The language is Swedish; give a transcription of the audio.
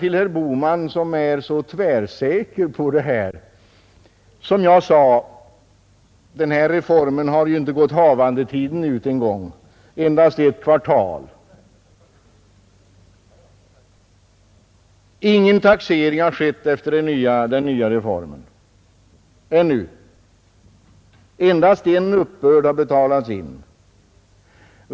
Till herr Bohman, som är så tvärsäker på att den nya skattereformen är förkastlig, vill jag säga att den ännu inte har gått havandetiden ut ens utan endast ett kvartal. Ingen taxering har ännu skett efter den nya reformen, endast en uppbörd har betalats in.